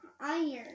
iron